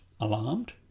alarmed